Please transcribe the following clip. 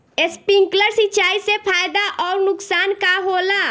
Sprinkler सिंचाई से फायदा अउर नुकसान का होला?